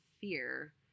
fear